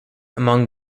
among